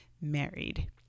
married